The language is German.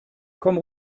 kommt